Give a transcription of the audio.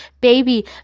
Baby